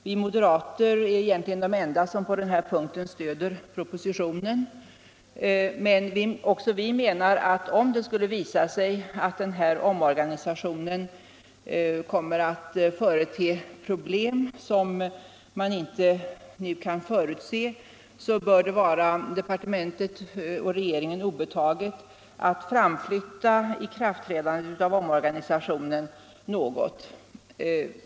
Vi moderater är egentligen de enda som på den här punkten stöder propositionen, men också vi menar att om det skulle visa sig att omorganisationen kommer att förete problem som man inte nu kan förutse, bör det vara departementet och regeringen obetaget att framflytta ikraftträdandet av omorganisationen något.